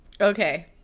okay